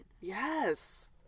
Yes